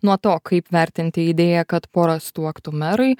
nuo to kaip vertinti idėją kad poras tuoktų merai